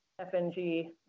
FNG